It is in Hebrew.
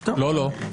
לא.